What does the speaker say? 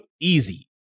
easy